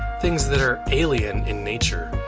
things that are alien in nature.